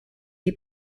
les